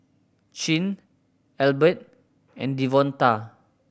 Chin Albert and Devonta